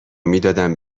میدادم